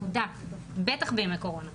בטח בימי קורונה.